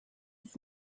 ist